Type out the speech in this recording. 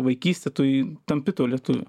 vaikystę tu tampi tuo lietuviu